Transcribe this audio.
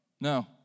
No